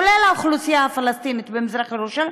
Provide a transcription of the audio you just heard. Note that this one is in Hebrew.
כולל האוכלוסייה הפלסטינית במזרח-ירושלים,